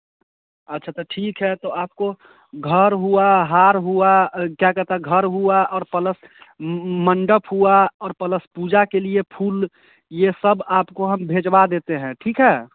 अच्छा तो ठीक है तो आपको घर हुआ हार हुआ क्या कहते हैं घर हुआ और प्लस मंडप हुआ और प्लस पूजा के लिए फूल यह सब आपको हम भिजवा देते हैं ठीक है